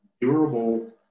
durable